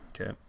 Okay